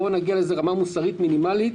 בואו נגיע לאיזו רמה מוסרית מינימלית.